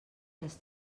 les